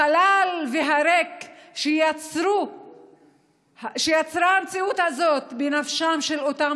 החלל והריק שיצרה המציאות הזאת בנפשם של אותם